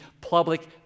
public